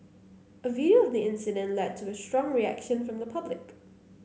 a video of the incident led to a strong reaction from the public